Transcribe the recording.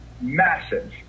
Massive